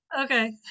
Okay